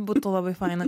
būtų labai faina